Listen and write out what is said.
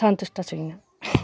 सन्तुष्ट छुइनँ